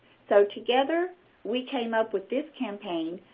so together we came up with this campaign,